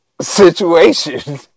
situation